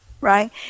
right